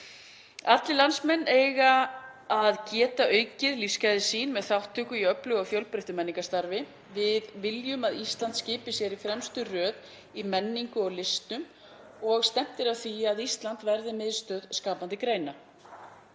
Allir landsmenn eiga að geta aukið lífsgæði sín með þátttöku í öflugu og fjölbreyttu menningarstarfi. Við viljum að Ísland skipi sér í fremstu röð í menningu og listum og stefnt er að því að Ísland verði miðstöð skapandi greina.